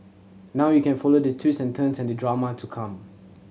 now you can follow the twists and turns and the drama to come